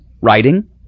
Writing